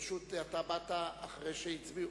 פשוט, אתה באת אחרי שהצביעו.